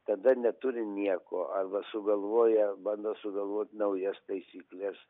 tada neturi nieko arba sugalvoja bando sugalvot naujas taisykles